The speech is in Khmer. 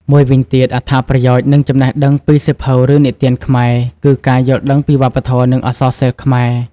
មួយវិញទៀតអត្ថប្រយោជន៍ និងចំណេះដឹងពីសៀវភៅរឿងនិទានខ្មែរគឺ ការយល់ដឹងពីវប្បធម៌ និងអក្សរសិល្ប៍ខ្មែរ។